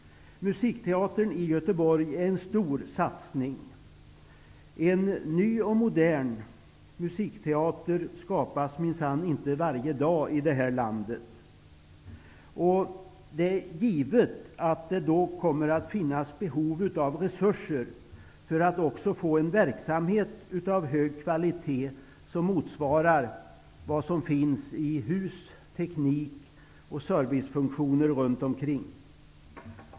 Musikteatern i Göteborg är en stor satsning. En ny och modern musikteater skapas minsann inte varje dag i detta land. Det är givet att det då kommer att finnas behov av resurser för att få en verksamhet med hög kvalitet som motsvarar det som finns i hus, teknik och servicefunktioner runt omkring.